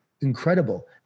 incredible